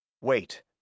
Wait